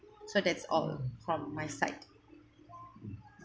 so that's all from my side